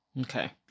Okay